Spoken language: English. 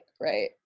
Right